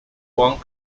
one